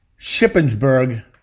Shippensburg